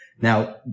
Now